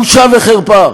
בושה וחרפה.